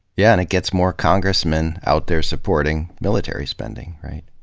yeah and it gets more congressmen out there supporting military spending, right?